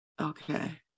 Okay